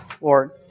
Lord